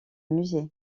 musée